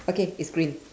okay it's green